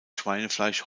schweinefleisch